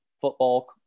football –